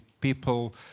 people